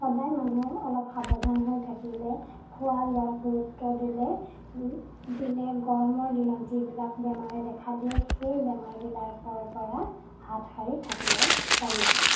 সদায় মানুহ অলপ সাৱধান হৈ থাকিলে খোৱা লোৱাত গুৰুত্ব দিলে দিলে গৰমৰ দিনত যিবিলাক বেমাৰে দেখা দিয়ে সেই বেমাৰবিলাকৰপৰা হাত সাৰি থাকিব পাৰি